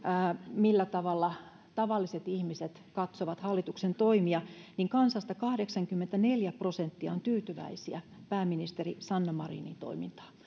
millä tavalla tavalliset ihmiset katsovat hallituksen toimia kansasta kahdeksankymmentäneljä prosenttia on tyytyväisiä pääministeri sanna marinin toimintaan